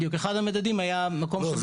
בדיוק, אחד המדדים, היה מקום שבו קיימת פעילות.